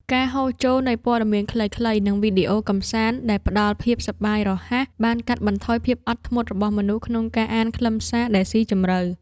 ការហូរចូលនៃព័ត៌មានខ្លីៗ និងវីដេអូកម្សាន្តដែលផ្ដល់ភាពសប្បាយរហ័ស បានកាត់បន្ថយភាពអត់ធ្មត់របស់មនុស្សក្នុងការអានខ្លឹមសារដែលស៊ីជម្រៅ។